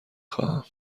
خواهم